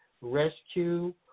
rescue